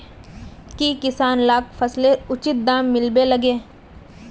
की किसान लाक फसलेर उचित दाम मिलबे लगे?